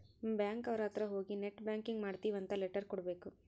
bank ಅವ್ರ ಅತ್ರ ಹೋಗಿ ನೆಟ್ ಬ್ಯಾಂಕಿಂಗ್ ಮಾಡ್ತೀವಿ ಅಂತ ಲೆಟರ್ ಕೊಡ್ಬೇಕು